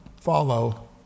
follow